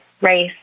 race